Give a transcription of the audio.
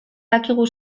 dakigu